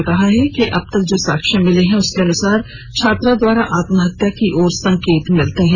उन्होंने कहा है कि अब तक जो साक्ष्य मिले हैं उसके अनुसार छात्रा द्वारा आत्महत्या की ओर संकेत होता है